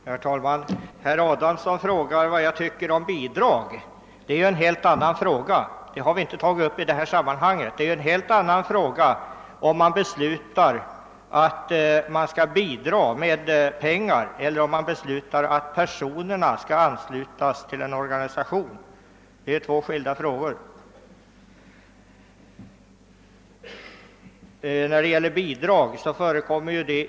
Herr talman! Herr Adamsson undrar vad jag tycker om bidrag, men det är en fråga som vi inte har tagit upp i detta sammanhang. Det är något helt annat om man beslutar att man skall bidra med pengar än om man bestämmer att personer skall anslutas till en organisation. Det är två skilda frågor.